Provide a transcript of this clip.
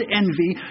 envy